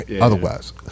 otherwise